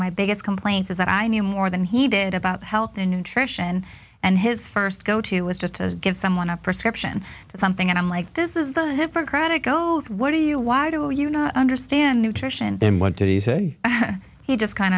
my biggest complaint is that i knew more than he did about health and nutrition and his first go to was just as give someone a prescription for something and i'm like this is the hippocratic oath what do you why do you not understand nutrition and went to he said he just kind